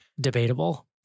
debatable